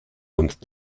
und